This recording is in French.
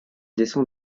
descend